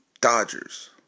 Dodgers